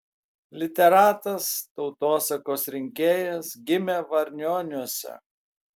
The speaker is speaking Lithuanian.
literatas tautosakos rinkėjas gimė varnioniuose